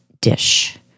Dish